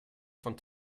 von